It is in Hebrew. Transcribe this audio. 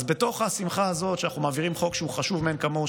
אז בתוך השמחה הזאת על שאנחנו מעבירים חוק חשוב מאין כמוהו,